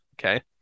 okay